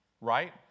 Right